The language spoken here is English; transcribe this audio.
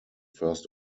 first